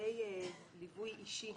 לגבי ליווי אישי